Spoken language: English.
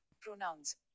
pronouns